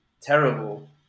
terrible